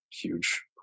huge